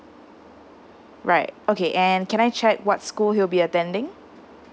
right okay and can I check what school he will be attending